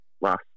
last